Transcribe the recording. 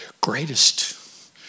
Greatest